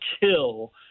kill